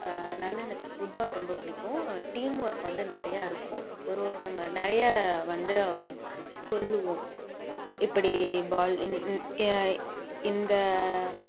அதனாலே எனக்கு ஃபுட்பால் ரொம்ப பிடிக்கும் டீம் ஒர்க் வந்து நிறையா இருக்கும் ஒரு ஒருத்தவங்கள் நிறையா வந்து சொல்லுவோம் இப்படி பால் எந் இந்த